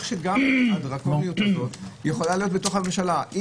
זה יכול להיות בתוך הממשלה.